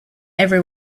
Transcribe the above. every